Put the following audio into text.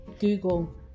Google